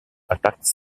attacks